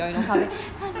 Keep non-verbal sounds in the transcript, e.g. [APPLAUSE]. [LAUGHS]